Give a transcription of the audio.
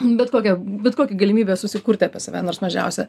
bet kokią bet kokią galimybę susikurti apie save nors mažiausią